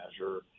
measure